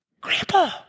Grandpa